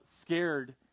scared